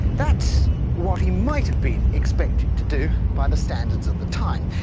that's what he might have been expected to do by the standards of the time,